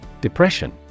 Depression